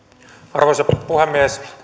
arvoisa puhemies